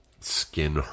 Skin